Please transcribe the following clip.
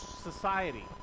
society